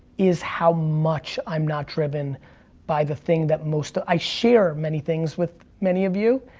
is how much i'm not driven by the thing that most, i share many things with many of you,